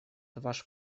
ваш